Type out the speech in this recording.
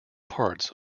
parts